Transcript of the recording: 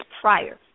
prior